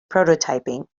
prototyping